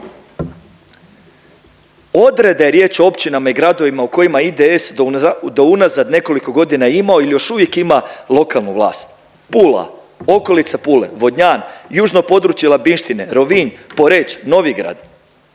Odreda je riječ o općinama i gradovima u kojima je IDS do unazad nekoliko godina imao ili još uvijek ima lokalnu vlast. Pula, okolica Pule, Vodnjan, južno područje Labinštine, Rovinj, Poreč, Novigrad.